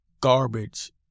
garbage